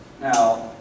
now